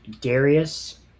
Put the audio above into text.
Darius